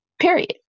Period